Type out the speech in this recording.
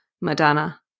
Madonna